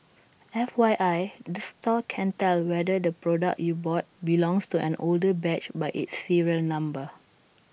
F Y I the store can tell whether the product you bought belongs to an older batch by its serial number